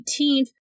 18th